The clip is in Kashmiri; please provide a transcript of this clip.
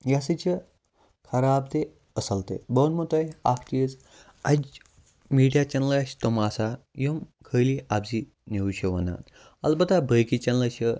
یہِ ہسا چھِ خراب تہِ اَصٕل تہِ بہٕ وَنمو تۄہہِ اکھ چیٖز اَجہِ میٖڈیا چینلہٕ ٲسۍ تِم آسان یِم خٲلی اَپزِی نِؤز چھِ وَنان اَلبتہٕ بٲقٕے چینلہٕ چھِ